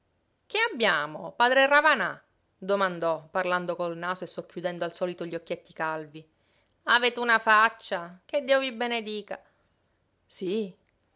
che abbiamo padre ravanà domandò parlando col naso e socchiudendo al solito gli occhietti calvi avete una faccia che dio vi benedica sí